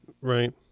right